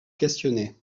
questionner